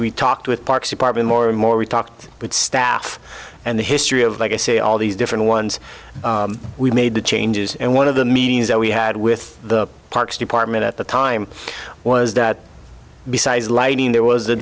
we talked with parks department more and more we talked with staff and the history of legacy all these different ones we made the changes and one of the meetings that we had with the parks department at the time was that besides lighting there was